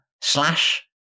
slash